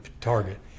Target